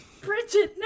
Bridget